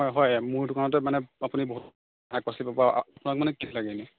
হয় হয় মোৰ দোকানতে মানে আপুনি বহুত শাক পাচলি পাব আপোনাক মানে কি লাগে ইনে